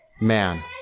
man